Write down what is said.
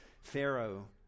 Pharaoh